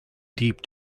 deep